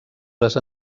les